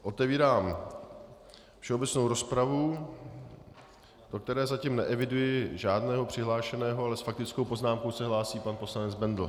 Otevírám všeobecnou rozpravu, do které zatím neeviduji žádného přihlášeného, ale s faktickou poznámkou se hlásí pan poslanec Bendl.